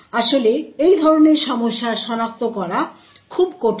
আসলে এই ধরনের সমস্যা সনাক্ত করা খুব কঠিন